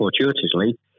fortuitously